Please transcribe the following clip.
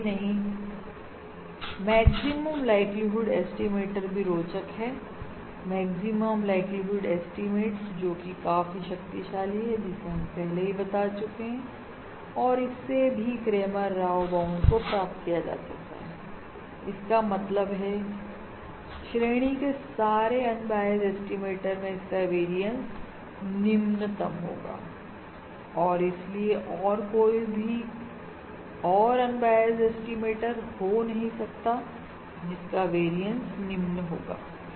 और यही नहीं मैक्सिमम लाइक्लीहुड ऐस्टीमेट भी रोचक है मैक्सिमम लाइक्लीहुड ऐस्टीमेट जोकि काफी शक्तिशाली और जिसे हम पहले ही बता चुके हैं कि इससे भी क्रैमर राव बाउंड को प्राप्त किया जा सकता है इसका मतलब है श्रेणी के सारे अन बायस एस्टिमेटर में इसका वेरियंस निम्नतम होगा और इसलिए और कोई भी और अन बायस एस्टिमेटर हो नहीं सकता जिसका वेरियंस निम्न होगा